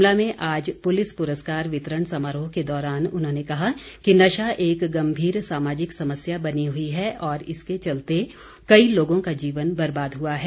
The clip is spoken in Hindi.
शिमला में आज पुलिस पुरस्कार वितरण समारोह के दौरान उन्होंने कहा कि नशा एक गम्भीर सामाजिक समस्या बनी हुई है और इसके चलते कई लोगों का जीवन बर्बाद हुआ है